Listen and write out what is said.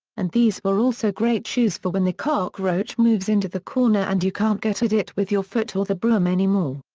and these were also great shoes for when the cockroach moves into the corner and you can't get at it with your foot or the broom anymore.